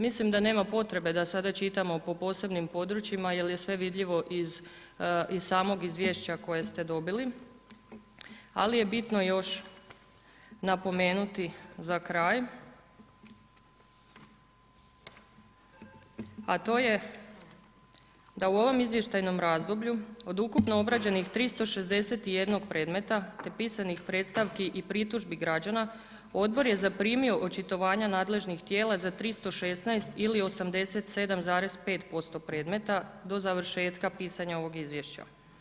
Mislim da nema potrebe da sada čitamo po posebnim područjima jer je sve vidljivo iz samog izvješća koje ste dobili, ali je bitno još napomenuti za kraj, a to je da u ovom izvještajnom razdoblju od ukupno obrađenih 361 predmeta te pisanih predstavki i pritužbi građana, odbor je zaprimio očitovanja nadležnih tijela za 316 ili 87,5% predmeta do završetka pisanja ovog izvješća.